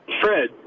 Fred